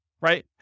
right